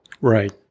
Right